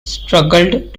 struggled